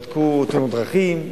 בדקו תאונות דרכים.